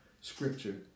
scripture